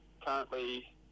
Currently